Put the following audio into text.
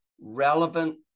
relevant